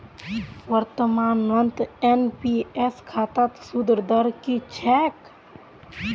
वर्तमानत एन.पी.एस खातात सूद दर की छेक